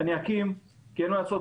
ואני אקים כי מה לעשות,